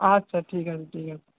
আচ্ছা ঠিক আছে ঠিক আছে